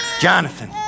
Jonathan